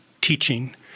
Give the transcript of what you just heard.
teaching